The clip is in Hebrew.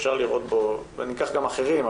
אנחנו ניקח גם אחרים,